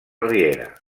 riera